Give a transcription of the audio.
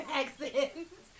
accident